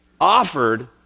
offered